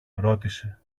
ρώτησε